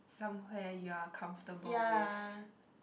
somewhere you're comfortable with